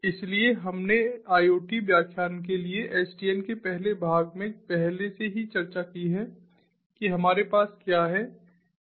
इसलिए हमने IoT व्याख्यान के लिए SDN के पहले भाग में पहले से ही चर्चा की है कि हमारे पास क्या है